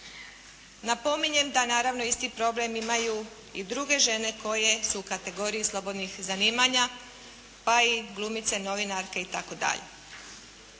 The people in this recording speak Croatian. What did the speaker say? Napominjem da naravno isti problem imaju i druge žene koje su u kategoriji slobodnih zanimanja, pa i glumice, novinarke itd.